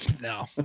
No